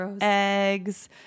eggs